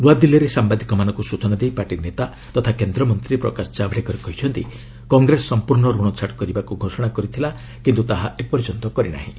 ନୂଆଦିଲ୍ଲୀରେ ସାମ୍ବାଦିକମାନଙ୍କୁ ସୂଚନାଦେଇ ପାର୍ଟିନେତା ତଥା କେନ୍ଦ୍ରମନ୍ତୀ ପ୍ରକାଶ ଜାଭେଡକର କହିଛନ୍ତି କଂଗ୍ରେସ ସମ୍ପର୍ଶ୍ୟ ରଣ ଛାଡ କରିବାକୁ ଘୋଷଣା କରିଥିଲା କିନ୍ତୁ ତାହା ଏପର୍ଯ୍ୟନ୍ତ କରିନାହିଁ